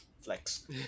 flex